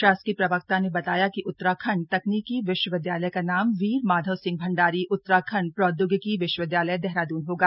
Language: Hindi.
शासकीय प्रवक्ता ने बताया कि उत्तराखण्ड तकनीकी विश्व विद्यालय का नाम वीर माधव सिंह भण्डारी उत्तराखण्ड प्रौद्योगिकी विश्वविद्यालय देहरादून होगा